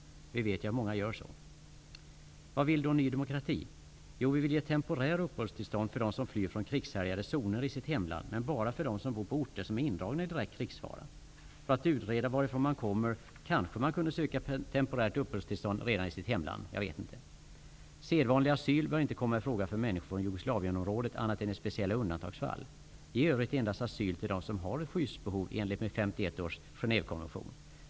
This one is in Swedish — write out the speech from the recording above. Vi vet ju att många gör så. Vad vill då Ny demokrati? Jo, vi vill ge temporära uppehållstillstånd till dem som flyr från krigshärjade zoner i sitt hemland, man bara för dem som bor på orter som är indragna i direkt krigsfara. För att utreda detta kanske man kan kunde söka temporärt uppehållstillstånd redan i sitt hemland. Sedvanlig asyl bör inte komma i fråga för människor från Jugoslavienområdet annat än i speciella undantagsfall. Ge i övrigt endast asyl till dem som har ett skyddsbehov i enlighet med 1951 års Genèvekonvention.